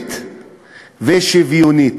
ציבורית ושוויונית,